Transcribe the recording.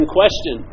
question